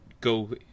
go